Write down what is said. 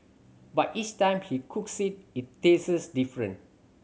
but each time he cooks it it tastes different